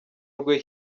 rwe